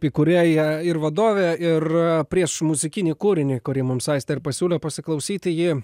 įkūrėja ir vadovė ir prieš muzikinį kūrinį kurį mums aistė ir pasiūlė pasiklausyti ji